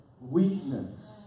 weakness